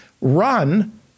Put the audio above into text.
run